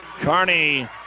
Carney